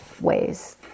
ways